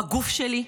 בגוף שלי,